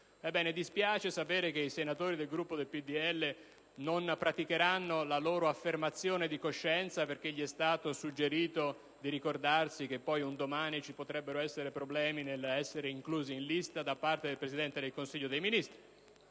Ebbene, dispiace sapere che i senatori del Gruppo PdL non praticheranno la loro affermazione di coscienza perché è stato suggerito loro di ricordare che, in futuro, potrebbero avere problemi ad essere inclusi in lista da parte del Presidente del Consiglio dei ministri;